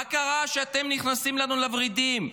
מה קרה שאתם נכנסים לנו לוורידים.